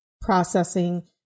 processing